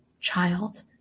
child